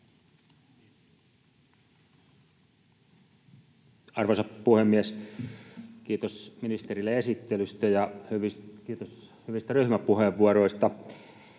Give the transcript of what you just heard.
Arvoisa puhemies! Kiitos ministerille esittelystä ja kiitos hyvistä ryhmäpuheenvuoroista.